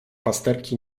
pasterki